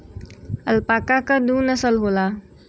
alpaca क दू नसल होला